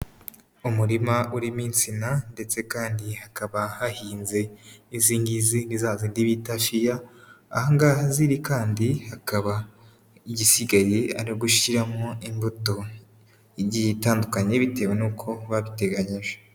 Umurima urimo insina ndetse kandi hakaba hahinze, izi ngizi ni zazindi bita fiya, aha ngaha ziri kandi hakaba igisigaye ari ugushyiramo imbuto igiye itandukanye bitewe n'uko babiteganyije.